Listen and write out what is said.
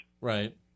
Right